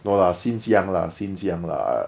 no lah since young lah since young lah